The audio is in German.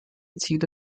ziele